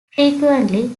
frequently